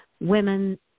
women